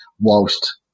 whilst